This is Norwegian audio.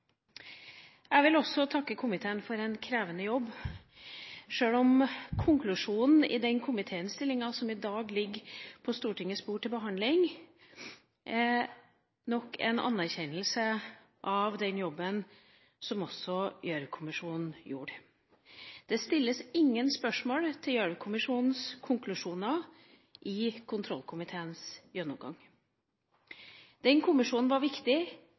Jeg vil også takke komiteen for en krevende jobb, sjøl om konklusjonen i den komitéinnstillingen som i dag ligger på Stortingets bord til behandling, nok er en anerkjennelse av den jobben som også Gjørv-kommisjonen gjorde. Det stilles ingen spørsmål ved Gjørv-kommisjonens konklusjoner i kontrollkomiteens gjennomgang. Den kommisjonen var viktig